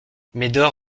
médor